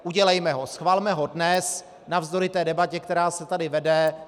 Udělejme ho, schvalme ho dnes, navzdory debatě, která se tady vede.